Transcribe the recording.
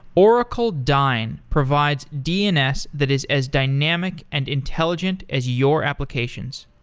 oracle dyn provides dns that is as dynamic and intelligent as your applications.